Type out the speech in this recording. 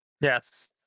Yes